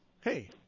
hey